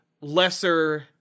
lesser